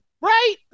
right